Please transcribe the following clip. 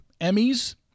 Emmys